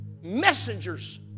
messengers